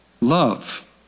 love